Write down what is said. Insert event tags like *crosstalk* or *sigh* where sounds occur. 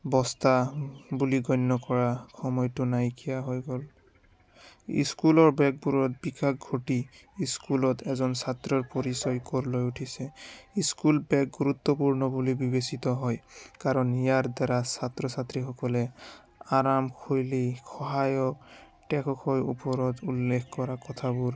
বস্তা বুলি গণ্য কৰা সময়টো নাইকীয়া হৈ গ'ল স্কুলৰ বেগবোৰত *unintelligible* স্কুলত এজন ছাত্ৰ পৰিচয় গঢ় লৈ উঠিছে স্কুল বেগ গুৰুত্বপূৰ্ণ বুলি বিবেচিত হয় কাৰণ ইয়াৰ দ্বাৰা ছাত্ৰ ছাত্ৰী সকলে আৰাম শৈলী সহায়ত *unintelligible* ওপৰত উল্লেখ কৰা কথাবোৰ